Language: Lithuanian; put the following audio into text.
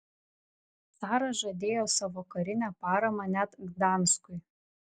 caras žadėjo savo karinę paramą net gdanskui